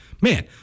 man